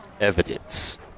evidence